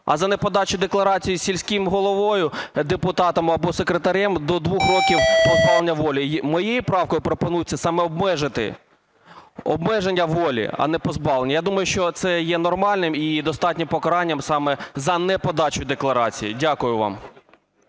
а за неподачу декларацій сільським головою, депутатом або секретарем – до 2 років позбавлення волі. Моєю правкою пропонується саме обмежити, обмеження волі, а не позбавлення. Я думаю, що це є нормальним і достатнім покаранням саме за неподачу декларації. Дякую вам.